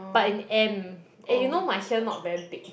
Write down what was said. but in M and you know my here not very big